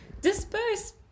disperse